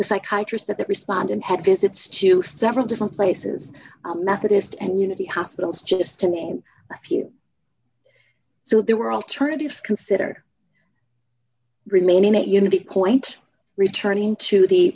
the psychiatrist of the respondent had visits to several different places methodist and unity hospitals just to name a few so there were alternatives consider remaining at unity point returning t